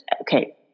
okay